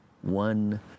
One